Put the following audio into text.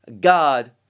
god